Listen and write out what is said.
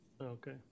Okay